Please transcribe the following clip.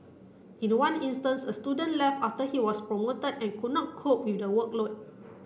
in one instance a student left after he was promoted and could not cope with the workload